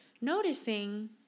noticing